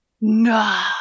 No